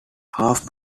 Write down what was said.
half